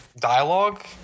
dialogue